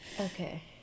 okay